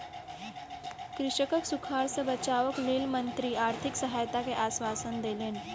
कृषकक सूखाड़ सॅ बचावक लेल मंत्री आर्थिक सहायता के आश्वासन देलैन